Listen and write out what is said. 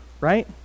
right